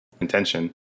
Intention